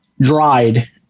dried